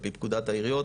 על-פי פקודת העיריות,